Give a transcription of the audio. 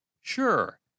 Sure